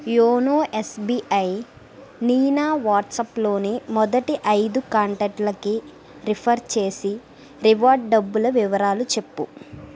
YONO SBI నినా వాట్సాప్లోని మొదటి ఐదు కాంటాక్టులకి రిఫర్ చేసి రివార్డ్ డబ్బుల వివరాలు చెప్పు